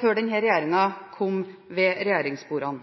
før denne regjeringen kom til regjeringsbordet.